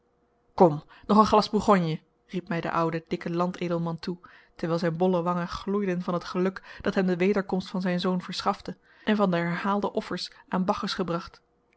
kom nog een glas borgonje riep mij de oude dikke landedelman toe terwijl zijn bolle wangen gloeiden van het geluk dat hem de wederkomst van zijn zoon verschafte en van de herhaalde offers aan bacchus gebracht